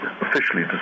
officially